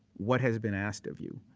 what has been asked of you?